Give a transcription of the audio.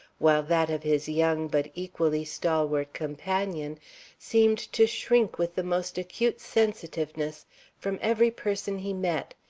while that of his young, but equally stalwart companion seemed to shrink with the most acute sensitiveness from every person he met,